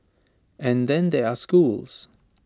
and then there are schools